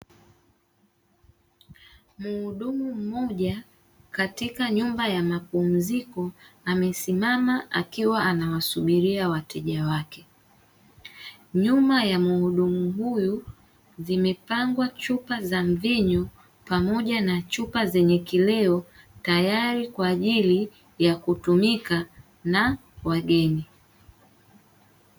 Muhudumu mmoja katika nyumba ya mapumziko amesimama akiwa anawasubiria wateja wake. Nyuma ya muhudumu huyu zimepangwa chupa za mvinyo pamoja na chupa zenye kileo tayari kwa ajili ya kutumika na wageni.